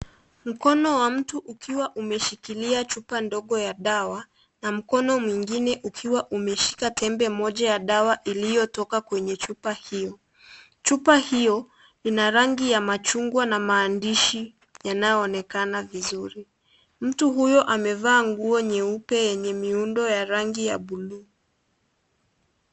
Mkono wa mtu ukiwa umeshikilia chupa ndogo ya dawa na mkono mwingine ukiwa umeshika tembe moja ya dawa iliyotoka kwenye chupa hiyo. Chupa hiyo ina rangi ya machungwa na maandishi yanayoonekana vizuri. Mtu huyo amevaa nguo nyeupe yenye miundo ya rangi ya buluu.